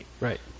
Right